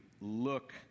look